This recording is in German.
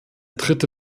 dritte